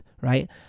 right